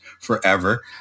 forever